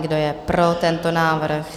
Kdo je pro tento návrh?